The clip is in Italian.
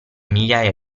migliaia